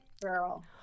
Girl